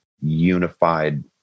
unified